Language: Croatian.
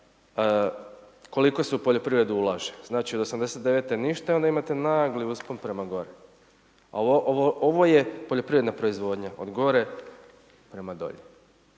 koliko se u poljoprivredu ulaže, znači od '89. ništa onda imate nagli uspon prema gore, ali ovo je poljoprivredna proizvodnja od gore prema dolje.